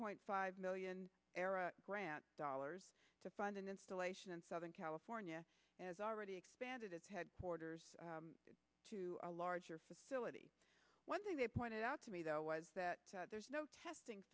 point five million era grant dollars to fund an installation in southern california has already expanded its headquarters to a larger facility one thing they pointed out to me though was that there's no testing